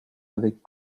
avec